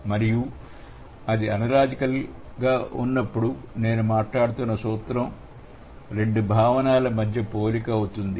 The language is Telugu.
మరియు అది అనలాజికల్ గా ఉన్నప్పుడు నేను మాట్లాడుతున్న సూత్రం రెండు భావనల మధ్య పోలిక అవుతుంది